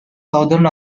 southern